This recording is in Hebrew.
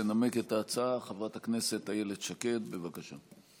תנמק את ההצעה חברת הכנסת איילת שקד, בבקשה.